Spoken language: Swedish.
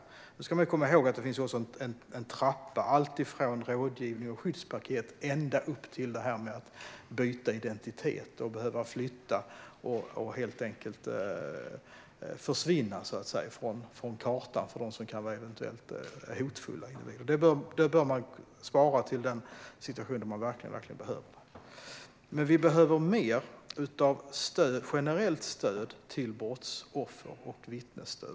Man ska också komma ihåg att det finns en trappa - allt från rådgivning och skyddspaket ända upp till att byta identitet och behöva flytta och så att säga försvinna från kartan, från hotfulla individer. Det bör man spara till de situationer där det verkligen behövs. Vi behöver mer av generellt stöd till brottsoffer och mer av vittnesstöd.